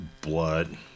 blood